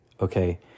okay